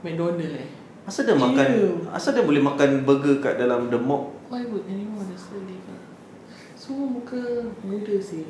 mcdonald eh !eww! why would anyone want to still labour muka muda seh